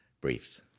Briefs